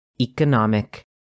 economic